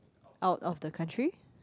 out of the country